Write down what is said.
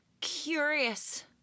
curious